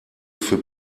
für